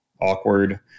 awkward